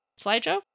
slideshow